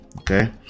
okay